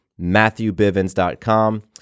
MatthewBivens.com